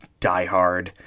diehard